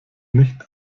nicht